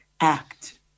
act